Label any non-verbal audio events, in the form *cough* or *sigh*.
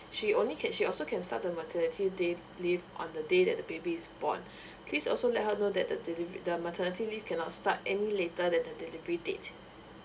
she only can she also can start the maternity day leave on the day that the baby is born *breath* please also let her know that the delivery the maternity leave cannot start any later than the delivery date